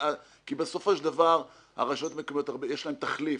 בסופו של דבר לרשויות המקומיות יש תחליף.